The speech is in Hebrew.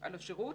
על השירות,